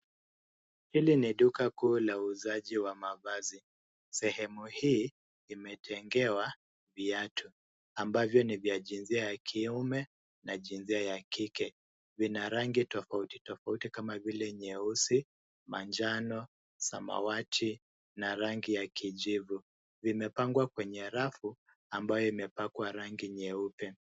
Hili ni duka kuu la uuzaji wa mavazi. Sehemu hii imetengewa viatu, ambavyo ni vya jinsia ya kiume na jinsia ya kike. Vina rangi tofauti tofauti kama vile, nyeusi, manjano, samawati, na rangi ya kijivu. Vimepangwa kwenye rafu ambayo imepakwa rangi nyeupe.